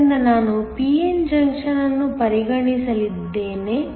ಆದ್ದರಿಂದ ನಾನು p n junction ಅನ್ನು ಪರಿಗಣಿಸಲಿದ್ದೇನೆ